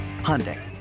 Hyundai